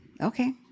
Okay